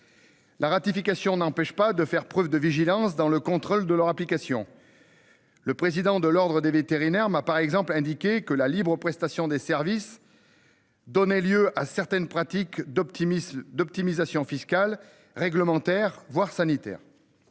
La ratification n'empêche pas de faire preuve de vigilance dans le contrôle de leur application. Le président de l'Ordre des vétérinaires m'a par exemple indiqué que la libre prestation des services. Donner lieu à certaines pratiques d'optimisme d'optimisation fiscale réglementaire voire sanitaire.